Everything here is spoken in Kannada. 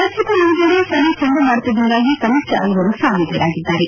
ರಾಜ್ಯದ ವಿವಿಧೆಡೆ ಫನಿ ಚಂಡಮಾರುತದಿಂದಾಗಿ ಕನಿಷ್ಠ ಐವರು ಸಾವಿಗೀಡಾಗಿದ್ದಾರೆ